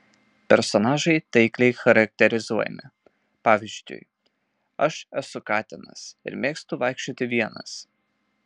personažai taikliai charakterizuojami pavyzdžiui aš esu katinas ir mėgstu vaikščioti vienas